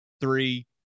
three